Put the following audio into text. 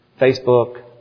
Facebook